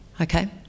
okay